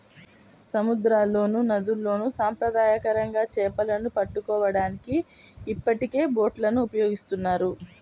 సముద్రాల్లోనూ, నదుల్లోను సాంప్రదాయకంగా చేపలను పట్టుకోవడానికి ఇప్పటికే బోట్లను ఉపయోగిస్తున్నారు